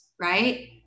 right